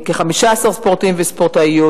כ-15 ספורטאים וספורטאיות.